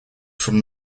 from